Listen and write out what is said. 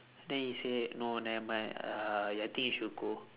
then he say no nevermind ugh I think you should go